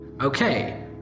Okay